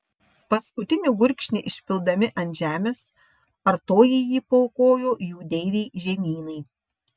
paskutinį gurkšnį išpildami ant žemės artojai jį paaukojo jų deivei žemynai